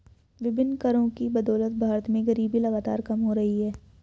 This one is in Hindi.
विभिन्न करों की बदौलत भारत में गरीबी लगातार कम हो रही है